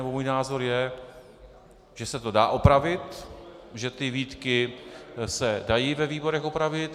Můj názor je, že se to dá opravit, že ty výtky se dají ve výborech opravit.